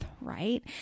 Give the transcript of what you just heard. right